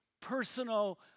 personal